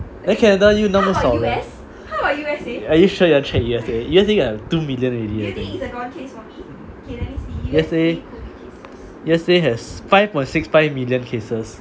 eh canada 又那么少 eh are you sure you want to check U_S_A has two million already I think U_S_A U_S_A has five point six five million cases